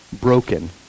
broken